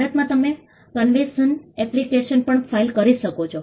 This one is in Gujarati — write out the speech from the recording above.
ભારતમાં તમે કન્વેશનconvention સંમેલન એપ્લિકેશનapplication અરજી પણ ફાઇલ કરી શકો છો